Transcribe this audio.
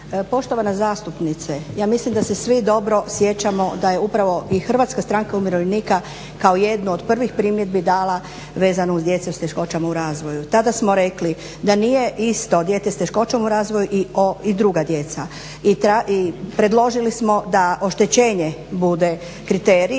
Poštovana zastupnice ja mislim da se svi dobro sjećamo da je upravo i HSU kao jednu od prvih primjedbi dala vezano uz djecu s teškoćama u razvoju. Tada smo rekli da nije isto dijete s teškoćom u razvoju i druga djeca. I predložili smo da oštećenje bude kriterij,